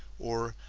or,